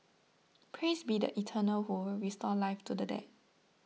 praise be the Eternal who will restore life to the dead